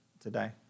today